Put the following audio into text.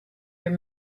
your